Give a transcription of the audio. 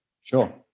Sure